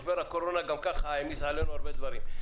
משבר הקורונה גם כך העמיס עלינו הרבה דברים.